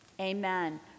amen